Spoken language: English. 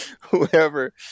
whoever